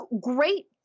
great